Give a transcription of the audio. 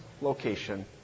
location